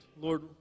Lord